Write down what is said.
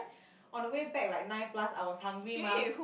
on the way back like nine plus I was hungry mah